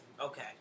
Okay